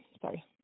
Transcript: Sorry